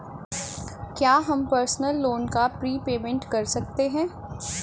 क्या हम personal loan का प्रीपेमेंट कर सकते हैं?